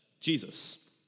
Jesus